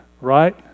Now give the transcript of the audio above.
right